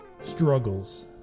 struggles